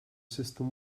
system